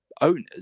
owners